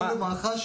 לא למח"ש.